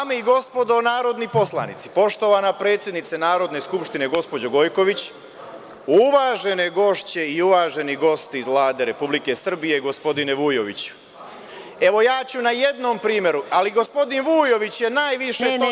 Dame i gospodo narodni poslanici, poštovana predsednice Narodne skupštine gospođo Gojković, uvažene gošće i uvaženi gosti iz Vlade Republike Srbije, gospodine Vujoviću, evo ja ću na jednom primeru, ali gospodin Vujović je najviše toga rekao…